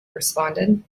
responded